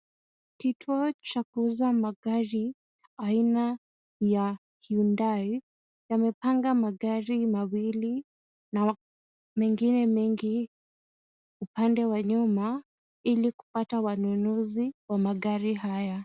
Kituo cha kuuza magari aina ya Hyundai. Yamepanga magari mawili, na mengine mengi upande wa nyuma, ili kupata wanunuzi wa magari haya.